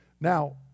Now